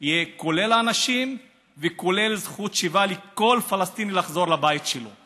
יהיה כולל האנשים וכולל זכות שיבה לכל פלסטיני לחזור לבית שלו.